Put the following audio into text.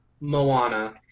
Moana